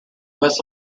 was